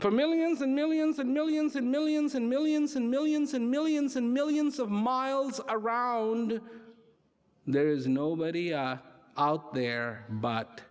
for millions and millions and millions and millions and millions and millions and millions and millions of miles around there is nobody out there but